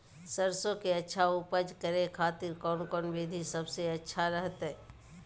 सरसों के अच्छा उपज करे खातिर कौन कौन विधि सबसे अच्छा रहतय?